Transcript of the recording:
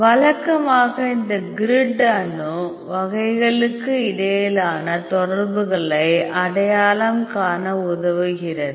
வழக்கமாக இந்த கிரிட் அணு வகைகளுக்கு இடையிலான தொடர்புகளை அடையாளம் காண உதவுகிறது